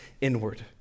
inward